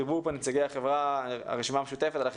דיברו פה חברי הרשימה המשותפת לגבי